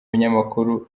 binyamakuru